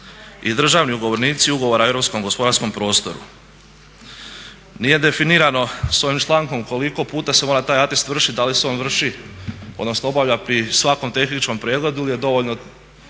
i državni ugovornici ugovora o europskom gospodarskom prostoru." Nije definirano s ovim člankom koliko puta se mora taj atest vršit, da li se on vrši odnosno obavlja pri svakom tehničkom pregledu ili je dovoljno